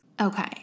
Okay